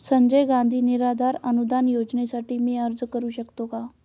संजय गांधी निराधार अनुदान योजनेसाठी मी अर्ज करू शकते का?